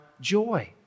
joy